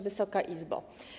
Wysoka Izbo!